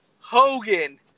Hogan